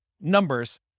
numbers